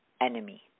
enemy